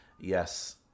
Yes